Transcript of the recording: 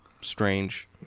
strange